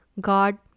God